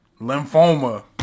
Lymphoma